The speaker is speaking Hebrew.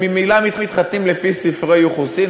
הם ממילא מתחתנים לפי ספרי יוחסין,